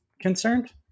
concerned